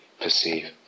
perceive